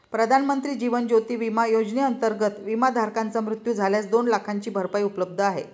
प्रधानमंत्री जीवन ज्योती विमा योजनेअंतर्गत, विमाधारकाचा मृत्यू झाल्यास दोन लाखांची भरपाई उपलब्ध आहे